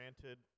granted